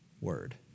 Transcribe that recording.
word